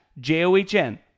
j-o-h-n